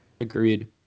Agreed